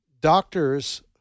doctors